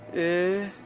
a